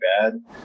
bad